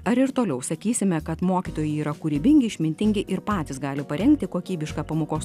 ar ir toliau sakysime kad mokytojai yra kūrybingi išmintingi ir patys gali parengti kokybišką pamokos